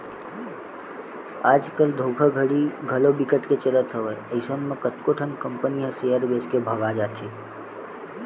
आज कल धोखाघड़ी घलो बिकट के चलत हवय अइसन म कतको ठन कंपनी ह सेयर बेच के भगा जाथे